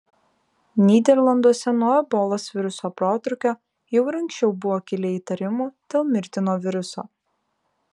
nyderlanduose nuo ebolos viruso protrūkio jau ir anksčiau buvo kilę įtarimų dėl mirtino viruso